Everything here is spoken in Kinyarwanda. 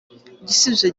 igisubizo